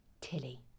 Tilly